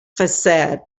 facade